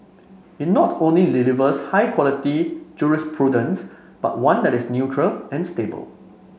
it not only delivers high quality jurisprudence but one that is neutral and stable